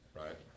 right